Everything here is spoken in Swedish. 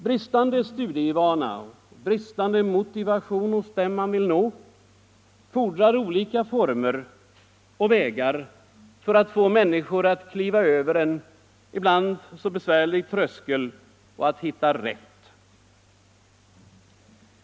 Bristande studievana, bristande motivation hos dem man vill nå fordrar olika former och vägar för att få människor att kliva över en ibland nog så besvärlig tröskel och att hitta rätt.